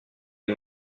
est